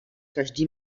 každý